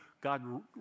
God